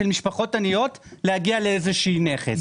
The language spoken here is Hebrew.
של משפחות עניות להגיע לאיזשהו נכס.